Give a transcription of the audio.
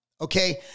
okay